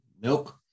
milk